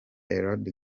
eulade